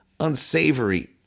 Unsavory